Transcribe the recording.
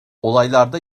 olaylarda